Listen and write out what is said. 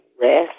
rest